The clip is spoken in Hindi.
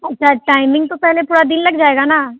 अच्छा टाइमिंग तो पहले पूरा दिन लग जाएगा ना